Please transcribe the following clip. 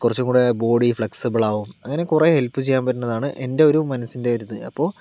കുറച്ചും കൂടി ബോഡി ഫ്ലെക്സിബിളാവും അങ്ങനെ കുറേ ഹെല്പ് ചെയ്യാൻ പറ്റണതാണ് എൻ്റെ ഒരു മനസ്സിൻ്റെ ഒരിത് അപ്പോൾ